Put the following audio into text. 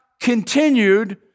continued